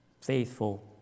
faithful